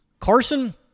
Carson